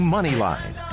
Moneyline